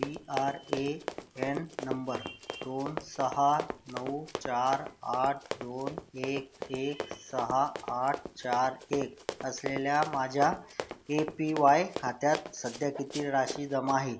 P R A N number दोन सहा नऊ चार आठ दोन एक एक सहा आठ चार एक असलेल्या माझ्या ए पी वाय खात्यात सध्या किती राशी जमा आहे